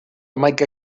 hamaika